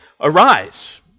Arise